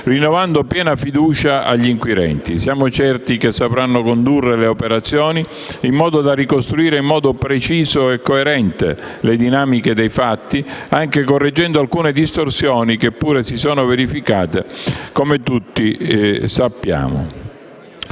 rinnovando piena fiducia agli inquirenti. Siamo certi che sapranno condurre le operazioni in modo da ricostruire in modo preciso e coerente le dinamiche dei fatti, anche correggendo alcune distorsioni che pure si sono verificate, come tutti sappiamo.